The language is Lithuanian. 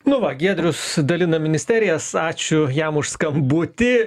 nu va giedrius dalina ministerijas ačiū jam už skambutį